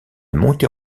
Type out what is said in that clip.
montée